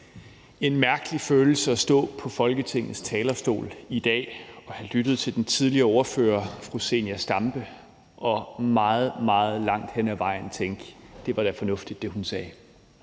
en mærkelig følelse at stå på Folketingets talerstol i dag og have lyttet til den tidligere ordfører, fru Zenia Stampe, og meget, meget langt hen ad vejen tænke: Det var da fornuftigt, hvad hun sagde.